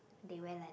they wear like that